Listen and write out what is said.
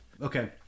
Okay